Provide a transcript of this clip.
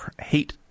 hate